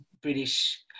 British